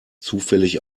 zufällig